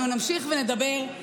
אנחנו נמשיך ונדבר.